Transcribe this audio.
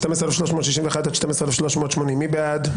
12,301 עד 12,320, מי בעד?